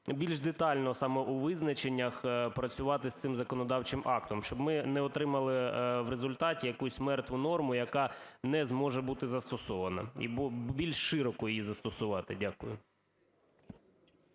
більш детально саме у визначеннях працювати з цим законодавчим актом. Щоб ми не отримали в результаті якусь "мертву" норму, яка не зможе бути застосована, і більш широко її застосувати. Дякую.